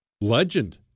legend